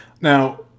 Now